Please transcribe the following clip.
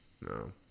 No